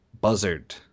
Buzzard